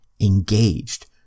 engaged